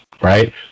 right